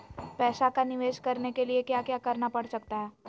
पैसा का निवेस करने के लिए क्या क्या करना पड़ सकता है?